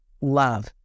love